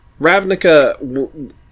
Ravnica